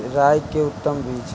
राई के उतम बिज?